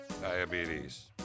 Diabetes